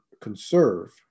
conserve